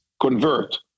convert